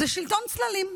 זה שלטון צללים.